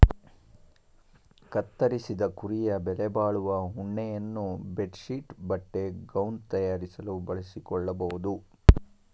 ಕತ್ತರಿಸಿದ ಕುರಿಯ ಬೆಲೆಬಾಳುವ ಉಣ್ಣೆಯನ್ನು ಬೆಡ್ ಶೀಟ್ ಬಟ್ಟೆ ಗೌನ್ ತಯಾರಿಸಲು ಬಳಸಿಕೊಳ್ಳಬೋದು